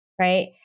right